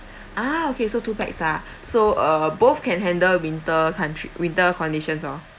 ah okay so two pax lah so uh both can handle winter country winter conditions hor